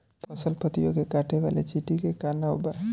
फसल पतियो के काटे वाले चिटि के का नाव बा?